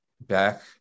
back